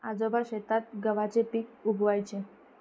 आजोबा शेतात गव्हाचे पीक उगवयाचे